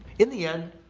in the end,